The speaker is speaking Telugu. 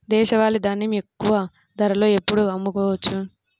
దేశవాలి ధాన్యం ఎక్కువ ధరలో ఎప్పుడు అమ్ముకోవచ్చు?